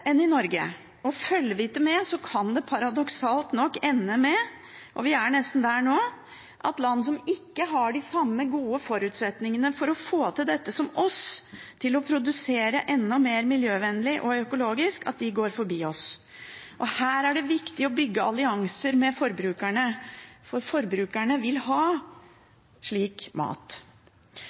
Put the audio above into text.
enn i Norge. Følger vi ikke med, kan det paradoksalt nok ende med – og vi er nesten der nå – at land som ikke har de samme gode forutsetningene for å få til å produsere enda mer miljøvennlig og økologisk, som oss, går forbi oss. Her er det viktig å bygge allianser med forbrukerne, for forbrukerne vil ha slik mat.